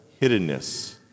hiddenness